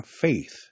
faith